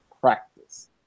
practice